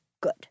good